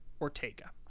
Ortega